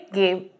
game